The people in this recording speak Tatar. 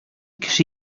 кеше